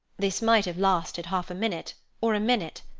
this might have lasted half a minute, or a minute,